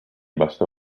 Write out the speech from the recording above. bastò